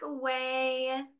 away